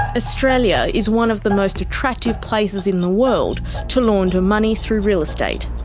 ah australia is one of the most attractive places in the world to launder money through real estate.